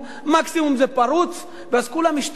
מקסימום, זה פרוץ ואז כולם משתוללים.